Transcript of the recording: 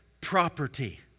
property